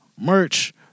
Merch